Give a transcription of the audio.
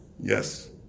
Yes